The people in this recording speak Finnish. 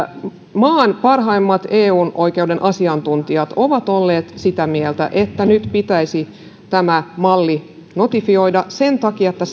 maan parhaimmat eu oikeuden asiantuntijat ovat olleet sitä mieltä että nyt pitäisi tämä malli notifioida sen takia että